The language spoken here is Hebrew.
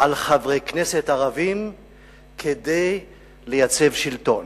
על חברי כנסת ערבים כדי לייצב שלטון,